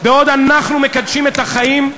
בעוד אנחנו מקדשים את החיים,